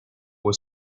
were